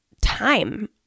time